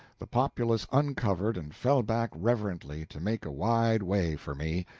the populace uncovered and fell back reverently to make a wide way for me,